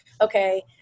okay